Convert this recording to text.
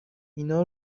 اینا